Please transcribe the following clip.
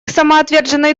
самоотверженный